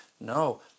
no